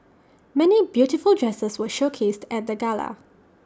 many beautiful dresses were showcased at the gala